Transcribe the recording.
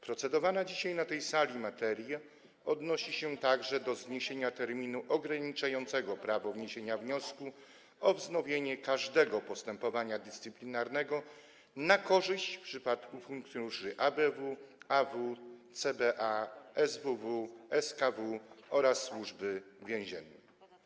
Procedowana dzisiaj na tej sali materia odnosi się także do zniesienia terminu ograniczającego prawo wniesienia wniosku o wznowienie każdego postępowania dyscyplinarnego na korzyść - w przypadku funkcjonariuszy ABW, AW, CBA, SWW, SKW oraz Służby Więziennej.